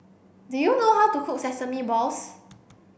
do you know how to cook sesame balls